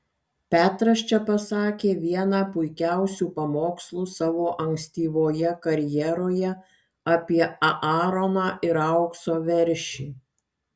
petras čia pasakė vieną puikiausių pamokslų savo ankstyvoje karjeroje apie aaroną ir aukso veršį